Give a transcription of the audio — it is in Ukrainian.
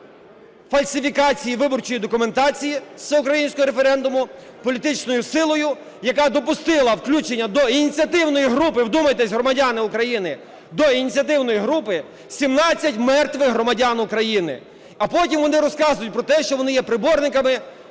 фальсифікації виборчої документації всеукраїнського референдуму політичною силою, яка допустила включення до ініціативної групи (вдумайтесь, громадяни України), до ініціативної групи 17 мертвих громадян України. А потім вони розказують про те, що вони є поборниками